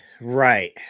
Right